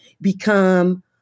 become